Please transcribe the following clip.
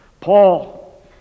Paul